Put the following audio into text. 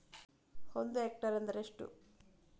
ಒಂದು ಹೆಕ್ಟೇರ್ ಎಂದರೆ ಎಷ್ಟು?